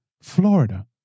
Florida